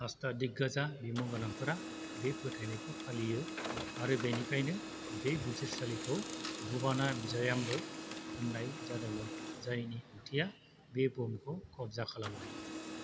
अस्तादिग्ग'जा बिमुं गोनांफोरा बे फोथायनायखौ फालियो आरो बेनिखायनो बे बिजिरसालिखौ भुबाना बिजायामबो होननाय जादोंमोन जायनि ओंथिया बे बुहुमखौ खबजा खालामनाय